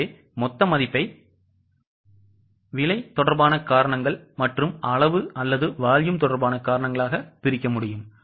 எனவே மொத்த மதிப்பை விலை தொடர்பான காரணங்கள் மற்றும் அளவு அல்லது volume தொடர்பான காரணங்களாக பிரிக்கலாம்